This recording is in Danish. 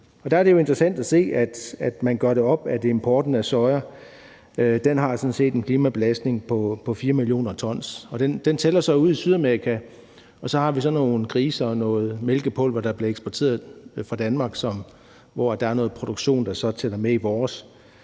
at se, at man gør det op, at importen af soja sådan set har en klimabelastning på 4 mio. t. Den tæller så med ovre i Sydamerika, og så har vi så nogle grise og noget mælkepulver, der bliver eksporteret fra Danmark, hvor der så er noget produktion, der tæller med i vores